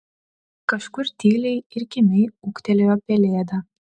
kažkur tyliai ir kimiai ūktelėjo pelėda